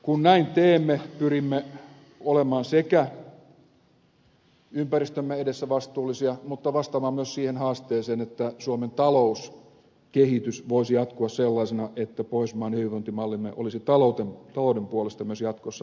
kun näin teemme pyrimme olemaan sekä ympäristömme edessä vastuullisia mutta vastaamaan myös siihen haasteeseen että suomen talouskehitys voisi jatkua sellaisena että pohjoismainen hyvinvointimallimme olisi talouden puolesta myös jatkossa mahdollinen